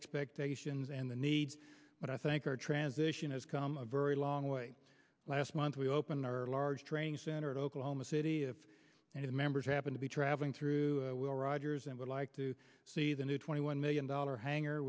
expectations and the need but i think our transition has come a very long way last month we opened our large training center at oklahoma city and the members happen to be traveling through will rogers and would like to see a new twenty one million dollar hanger